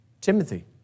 Timothy